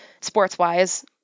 sports-wise